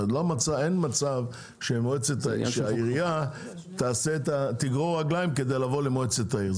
אין מצב שהעירייה תגרור רגליים כדי לבוא למועצת העיר.